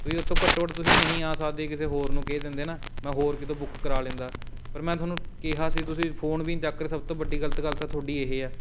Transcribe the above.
ਤੁਸੀਂ ਉੱਥੋਂ ਘੱਟੋ ਘੱਟ ਤੁਸੀਂ ਨਹੀਂ ਆ ਸਕਦੇ ਕਿਸੀ ਹੋਰ ਨੂੰ ਕਹਿ ਦਿੰਦੇ ਨਾ ਮੈਂ ਹੋਰ ਕਿਤੋਂ ਬੁੱਕ ਕਰਾ ਲੈਂਦਾ ਪਰ ਮੈਂ ਤੁਹਾਨੂੰ ਕਿਹਾ ਸੀ ਤੁਸੀਂ ਫੋਨ ਵੀ ਨਹੀਂ ਚੱਕਦੇ ਸਭ ਤੋਂ ਵੱਡੀ ਗਲਤ ਗੱਲ ਤਾਂ ਤੁਹਾਡੀ ਇਹ ਹੈ